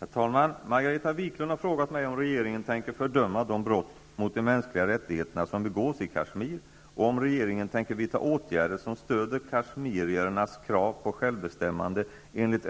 Herr talman! Margareta Viklund har frågat mig om regeringen tänker fördöma de brott mot de mänskliga rättigheterna som begås i Kashmir och om regeringen tänker vidta åtgärder som stöder kashmiriernas krav på självbestämmande enligt